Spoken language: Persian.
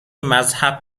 مذهب